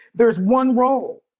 there's one role